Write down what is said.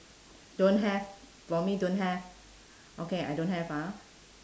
don't have for me don't have okay I don't have ah